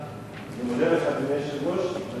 אני מודה לך, אדוני היושב-ראש.